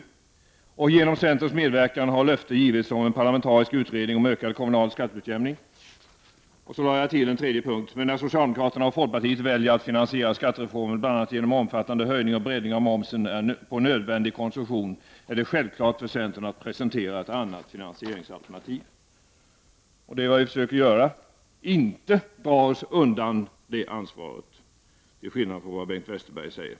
Vidare sade jag: ”Genom centerns medverkan har löfte givits om en parlamentarisk utredning om ökad kommunal skatteutjämning.” Och så lade jag till en tredje punkt: ”Men när och väljer att finansiera skattereformen bl.a. genom omfattande höjning och breddning av momsen på nödvändig konsumtion, är det självklart för centern att presentera ett annat finansieringsalternativ.” Det är vad vi försöker göra. Inte dra oss undan det ansvaret, till skillnad från vad Bengt Westerberg säger.